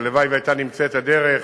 הלוואי שהיתה נמצאת הדרך,